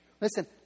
Listen